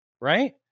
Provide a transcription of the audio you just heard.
Right